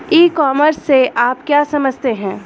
ई commerce से आप क्या समझते हैं?